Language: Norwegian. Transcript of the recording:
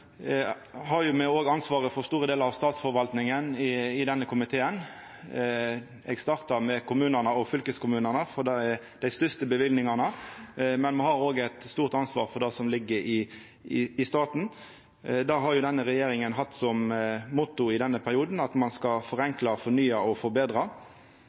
me jo òg ansvaret for store delar av statsforvaltninga i denne komiteen. Eg starta med kommunane og fylkeskommunane, for der er dei største løyvingane, men me har òg eit stort ansvar for det som ligg i staten. Denne regjeringa har jo hatt som motto denne perioden at me skal forenkla, fornya og forbetra.